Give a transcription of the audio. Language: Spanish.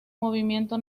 movimiento